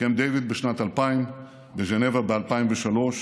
בקמפ-דייוויד בשנת 2000, בז'נבה ב-2003,